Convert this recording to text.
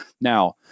Now